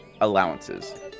allowances